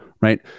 Right